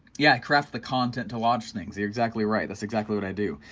yeah craft the content to watch things, you're exactly right, that's exactly what i do.